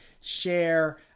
share